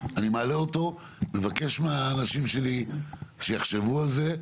אני מעלה אותו, מבקש מאנשים שלי שיחשבו על זה.